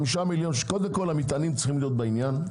קודם כל המטענים צריכים להיות בעניין.